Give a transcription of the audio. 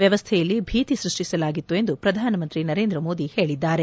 ವ್ಯವಸ್ಲೆಯಲ್ಲಿ ಭೀತಿ ಸ್ಪಡ್ಚಿಸಲಾಗಿತ್ತು ಎಂದು ಪ್ರಧಾನಮಂತ್ರಿ ನರೇಂದ್ರ ಮೋದಿ ಹೇಳಿದ್ದಾರೆ